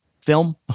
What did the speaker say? film